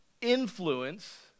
influence